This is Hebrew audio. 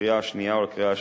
לקריאה שנייה ולקריאה שלישית.